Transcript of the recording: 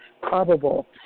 probable